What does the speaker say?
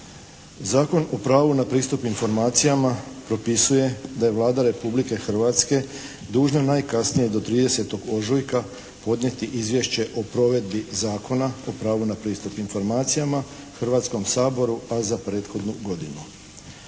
Zakon o pravu na pristup informacijama propisuje da je Vlada Republike Hrvatske dužna najkasnije do 30. ožujka podnijeti izvješće o provedbi Zakona o pravu na pristup informacijama Hrvatskom saboru a za prethodnu godinu.